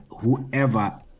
whoever